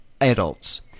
adults